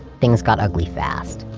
things got ugly fast.